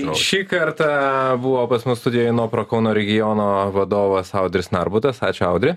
šį kartą buvo pas mus studijoj no pro kauno regiono vadovas audris narbutas ačiū audri